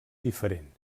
diferent